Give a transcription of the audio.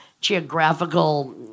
geographical